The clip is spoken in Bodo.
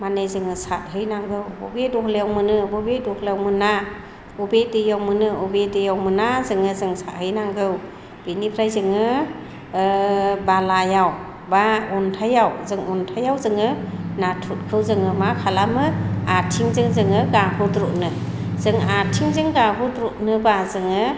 मानि जोङो साथहैनांगौ बबे दहलायाव मोनो बबे दहलायाव मोना अबे दैयाव मोनो अबे दैयाव मोना जोङो जों सारहैनांगौ बिनिफ्राय जोङो बालायाव एबा अन्थाइयाव जों अन्थाइयाव जोङो नाथुरखौ जोङो मा खालामो आथिंजों जोङो गाहुद्रुनो जों आथिंजों गाहुद्रुनोब्ला जोङो